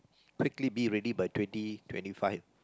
quickly be ready by twenty twenty five